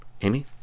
Amy